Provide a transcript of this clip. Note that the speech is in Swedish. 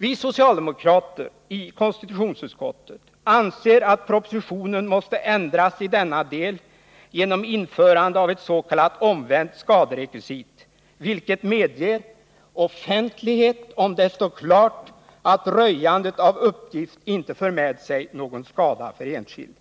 Vi socialdemokrater i konstitutionsutskottet anser att propositionen måste ändras i denna del genom införande av ett s.k. omvänt skaderekvisit, vilket medger offentlighet om det står klart att röjandet av uppgift inte för med sig någon skada för enskild.